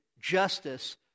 justice